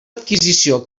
adquisició